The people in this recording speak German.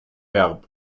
verb